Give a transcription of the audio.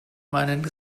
meinen